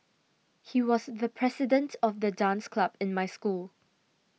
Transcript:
he was the president of the dance club in my school